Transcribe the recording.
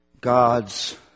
God's